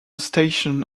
station